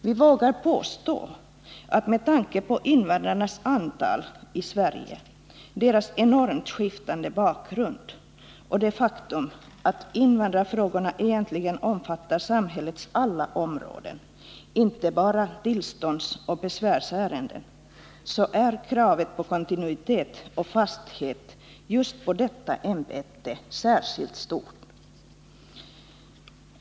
Vi vågar påstå att med tanke på invandrarnas antal i Sverige, deras enormt skiftande bakgrund och det faktum att invandrarfrågorna egentligen omfattar samhällets alla områden — inte bara tillståndsoch besvärsärenden — är kravet på kontinuitet och fasthet när det gäller just detta ämbete särskilt stort.